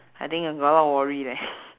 I think I got a lot of worry leh